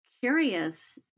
curious